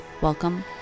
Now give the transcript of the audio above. Welcome